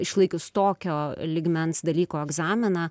išlaikius tokio lygmens dalyko egzaminą